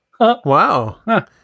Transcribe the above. Wow